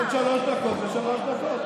שלוש דקות ושלוש דקות.